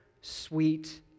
sweet